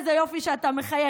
איזה יופי שאתה מחייך.